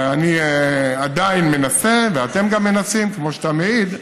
אני עדיין מנסה, וגם אתם מנסים, כמו שאתה מעיד,